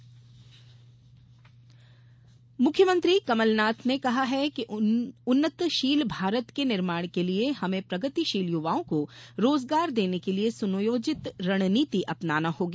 मुख्यमंत्री मुख्यमंत्री कमलनाथ ने कहा है कि उन्नतशील भारत के निर्माण के लिये हमें प्रगतिशील युवाओं को रोजगार देने के लिये सुनियोजित रणनीति अपनाना होगी